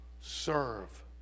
serve